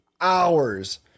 hours